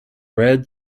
read